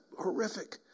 horrific